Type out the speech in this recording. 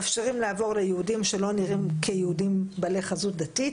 מאפשרים ליהודים שלא נראים כיהודים בעלי חזות דתית,